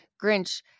Grinch